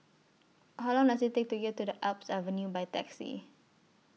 How Long Does IT Take to get to Alps Avenue By Taxi